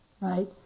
right